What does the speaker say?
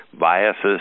biases